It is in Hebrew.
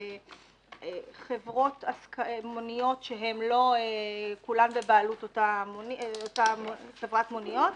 שזה לא יחול על חברות מוניות שלא כולן בבעלות אותה חברת מוניות.